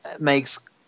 makes